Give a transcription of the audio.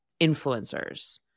influencers